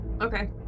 Okay